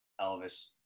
elvis